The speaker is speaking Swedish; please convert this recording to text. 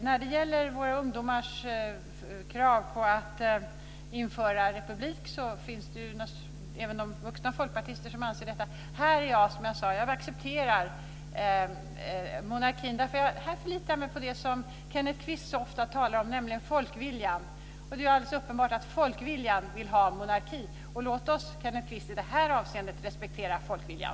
När det gäller våra ungdomars krav på att införa republik finns det naturligtvis även vuxna folkpartister som anser detta. Som jag sade accepterar jag dock monarkin, eftersom jag förlitar mig på det som Kenneth Kvist så ofta talar om, nämligen folkviljan. Det är alldeles uppenbart att folket vill ha monarki. Låt oss, Kenneth Kvist, i det här avseendet respektera folkviljan.